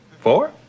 Four